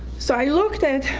so i looked at